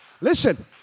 Listen